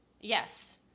yes